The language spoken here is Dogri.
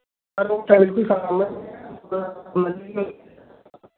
रोड़ साइड बी कम्म ऐ